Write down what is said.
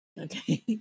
Okay